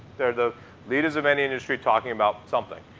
they're the leaders of any industry talking about something.